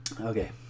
Okay